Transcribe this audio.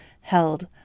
held